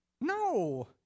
No